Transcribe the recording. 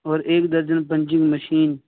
اور ایک درجن پنچنگ مشین